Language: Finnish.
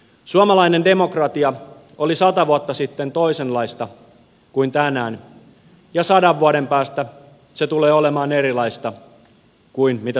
suomalainen demokratia oli sata vuotta sitten toisenlaista kuin tänään ja sadan vuoden päästä se tulee olemaan erilaista kuin mitä se on nykyään